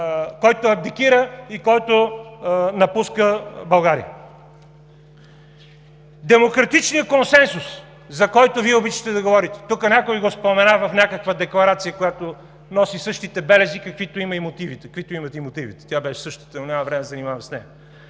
който абдикира и напуска България. Демократичният консенсус, за който Вие обичате да говорите – тук някой го спомена в някаква декларация, която носи същите белези, каквито имат и мотивите, тя беше същата, но нямам време да се занимавам с нея